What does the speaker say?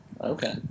Okay